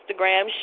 Instagram